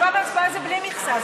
תשובה והצבעה זה בלי מכסה,